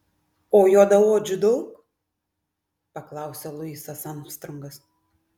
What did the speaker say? o juodaodžių daug paklausė luisas armstrongas